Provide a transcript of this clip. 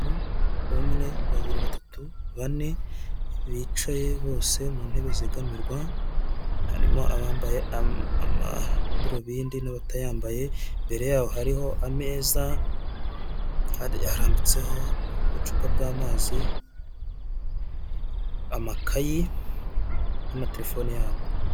Umwe babiri batatu bane bicaye bose mu ntebe zegamirwa, harimo abambaye amadarubindi n'abatayambaye, imbere yabo hariho ameza harambitseho ubucupa bw'amazi, amakayi n'amalefone yabo.